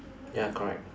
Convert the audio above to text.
ya correct